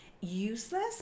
useless